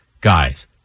guys